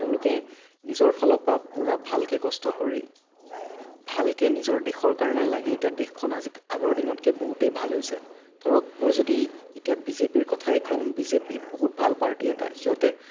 তেওঁলোকে নিজৰ ফালৰ পৰা পুৰা ভালকৈ কষ্ট কৰি ভালকৈ নিজৰ দেশৰ কাৰণে লাগি এতিয়া দেশখন আজি আগৰ দিনতকৈ বহুতেই ভাল হৈছে ধৰক মই যদি এতিয়া বিজেপিৰ কথাই কওঁ বিজেপি বহুত ভাত পাৰ্টি এটা সিহঁতে